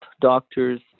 doctors